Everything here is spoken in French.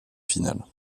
finale